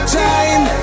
time